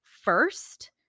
first